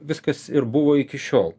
viskas ir buvo iki šiol